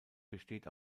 besteht